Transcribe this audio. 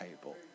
table